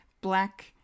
Black